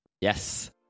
Yes